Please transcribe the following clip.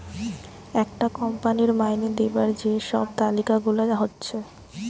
একটা কোম্পানির মাইনে দিবার যে সব তালিকা গুলা হচ্ছে